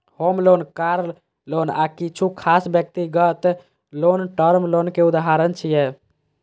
होम loan, car loan आ किछु खास व्यक्तिगत लोन टर्म लोन के उदाहरण छियै